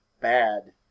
Bad